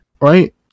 right